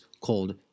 called